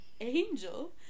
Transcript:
angel